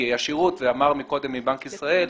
אמר קודם נציג בנק ישראל,